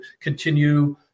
continue